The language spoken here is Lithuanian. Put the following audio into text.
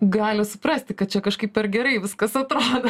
gali suprasti kad čia kažkaip per gerai viskas atrodo